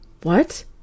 What